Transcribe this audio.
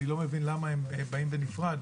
אני לא מבין למה הם באים בנפרד,